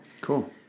Cool